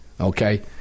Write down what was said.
Okay